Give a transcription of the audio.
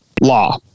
law